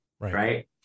Right